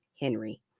Henry